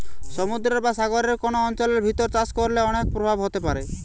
সমুদ্রের বা সাগরের কোন অঞ্চলের ভিতর চাষ করলে অনেক প্রভাব হতে পারে